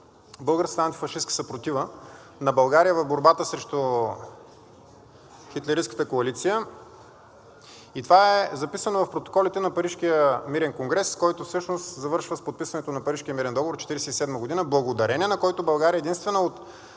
българската антифашистка съпротива на България в борбата срещу хитлеристката коалиция. И това е записано в протоколите на Парижкия мирен конгрес, който всъщност завършва с подписването на Парижкия мирен договор 1947 г., благодарение на който България единствена от